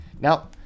Now